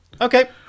Okay